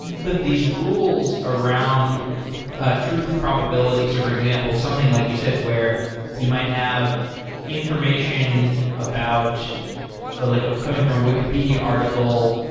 but these rules around truth probability. so for example, something like you said, where you might have information about ah like ah coming from a wikipedia article,